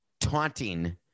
taunting